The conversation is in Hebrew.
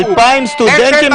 2,000 סטודנטים,